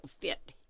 fit